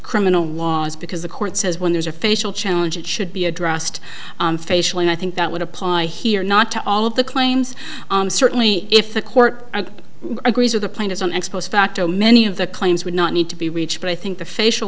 criminal laws because the court says when there's a facial challenge it should be addressed facially i think that would apply here not to all of the claims certainly if the court agrees or the plan is an ex post facto many of the claims would not need to be reached but i think the facial